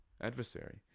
adversary